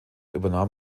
übernahm